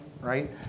right